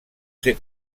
ser